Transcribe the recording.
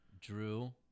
Drew